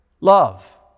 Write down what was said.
Love